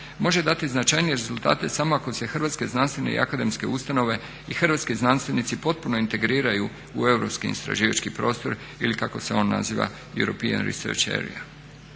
može dati značajnije rezultate samo ako se hrvatske znanstvene i akademske ustanove i hrvatski znanstvenici potpuno integriraju u europski istraživački prostor ili kako se on naziva european research area.